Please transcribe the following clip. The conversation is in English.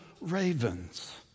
ravens